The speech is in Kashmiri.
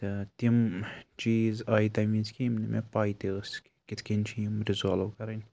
تہٕ تِم چیٖز آے تَمہِ وِزِ کہِ یِم نہٕ مےٚ پاے تہِ ٲس کِتھ کٔنۍ چھِ یِم رِزالٕو کَرٕنۍ